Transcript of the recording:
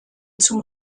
zum